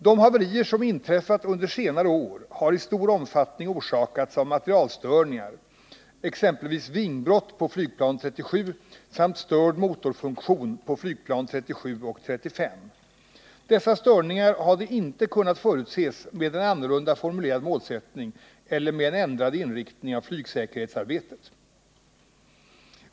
De haverier som inträffat under senare år har i stor omfattning orsakats av materielstörningar, t.ex. vingbrott på flygplan 37 samt störd motorfunktion på flygplan 37 och 35. Dessa störningar hade inte kunnat förutses med en annorlunda formulerad målsättning eller med en ändrad inriktning av flygsäkerhetsarbetet.